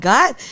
God